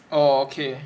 oh okay